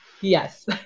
Yes